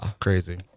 crazy